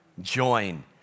join